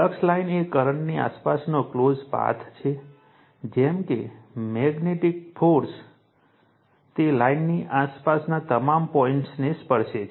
flux line એ કરંટની આસપાસનો ક્લોજ પાથ છે જેમ કે મેગ્નેટિક ફોર્સ તે લાઇનની આસપાસના તમામ પોઇન્ટઓને સ્પર્શે છે